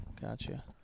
Gotcha